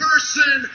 Person